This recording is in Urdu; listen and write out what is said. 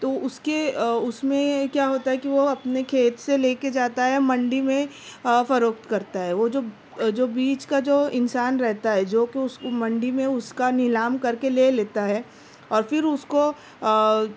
تو اس کے اس میں کیا ہوتا ہے کہ وہ اپنے کھیت سے لے کے جاتا ہے منڈی میں فروخت کرتا ہے وہ جو اور جو بیچ کا جو انسان رہتا ہے جوکہ اس منڈی میں اس کا نیلام کر کے لے لیتا ہے اور پھر اس کو